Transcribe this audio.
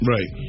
Right